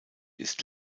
ist